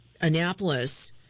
Annapolis